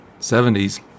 70s